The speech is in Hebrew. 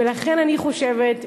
ולכן אני חושבת,